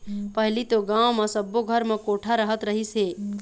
पहिली तो गाँव म सब्बो घर म कोठा रहत रहिस हे